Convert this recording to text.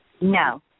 no